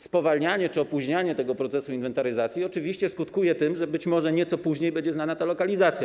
Spowalnianie czy opóźnianie tego procesu inwentaryzacji oczywiście skutkuje tym, że być może nieco później będzie znana ta lokalizacja.